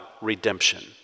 redemption